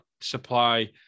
supply